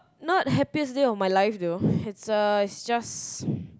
not happiest day of my life though it's a it's just